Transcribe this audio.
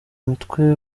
mutwe